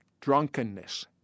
drunkenness